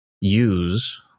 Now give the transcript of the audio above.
use